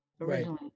originally